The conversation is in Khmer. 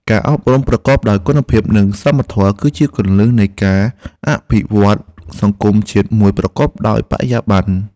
ការអប់រំប្រកបដោយគុណភាពនិងសមធម៌គឺជាគន្លឹះនៃការអភិវឌ្ឍន៍សង្គមជាតិមួយប្រកបដោយបរិយាបន្ន។